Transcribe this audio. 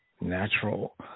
natural